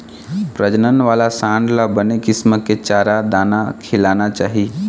प्रजनन वाला सांड ल बने किसम के चारा, दाना खिलाना चाही